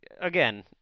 again